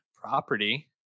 property